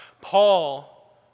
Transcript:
Paul